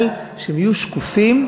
אבל שהם יהיו שקופים,